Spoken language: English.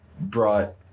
brought